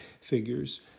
figures